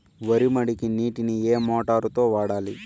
వరి మడికి నీటిని ఏ మోటారు తో వాడాలి?